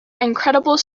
incredible